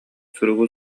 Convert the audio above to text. суругу